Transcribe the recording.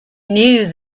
knew